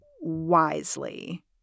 wisely